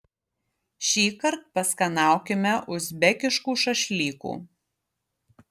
šįkart paskanaukime uzbekiškų šašlykų